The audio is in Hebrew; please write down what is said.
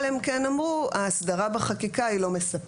אבל הם כן אמרו ההסדרה בחקיקה היא לא מספקת.